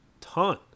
ton